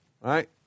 right